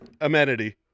amenity